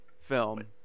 film